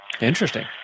Interesting